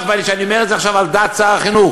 ואני אומר את זה עכשיו על דעת שר החינוך,